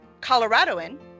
coloradoan